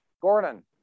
Gordon